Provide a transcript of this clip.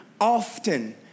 often